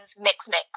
mix-mix